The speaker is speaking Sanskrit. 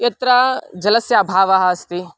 यत्र जलस्य अभावः अस्ति